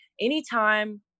anytime